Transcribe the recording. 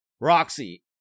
roxy